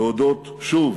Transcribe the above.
להודות שוב